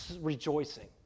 rejoicing